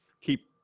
keep